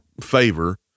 favor